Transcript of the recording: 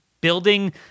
building